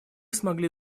смогли